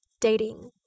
dating